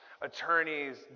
Attorneys